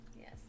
Yes